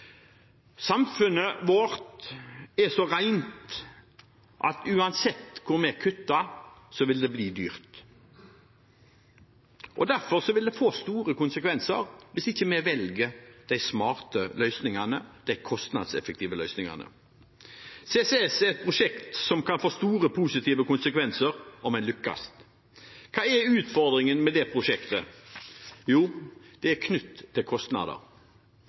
Samfunnet vårt er så rent at uansett hvor vi kutter, vil det bli dyrt. Derfor vil det få store konsekvenser hvis vi ikke velger de smarte løsningene, de kostnadseffektive løsningene. CCS er et prosjekt som kan få store positive konsekvenser om en lykkes. Hva er utfordringen med det prosjektet? Jo, det er knyttet kostnader til